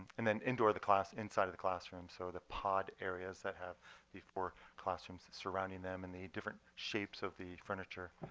and then indoor the class, inside of the classroom so the pod areas that have the four classrooms surrounding them and the different shapes of the furniture